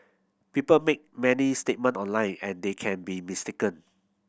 people make many statement online and they can be mistaken